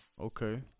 Okay